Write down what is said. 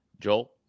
Joel